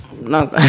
no